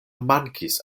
mankis